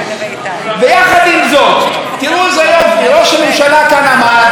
ראש הממשלה עמד כאן ודיבר על חוסנה וחוזקה של מדינת ישראל,